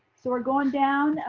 so we're going down,